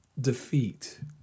defeat